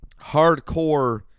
hardcore